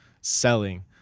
selling